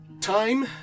Time